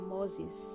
Moses